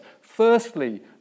Firstly